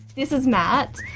this is matt,